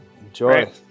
Enjoy